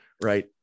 right